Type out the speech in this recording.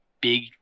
big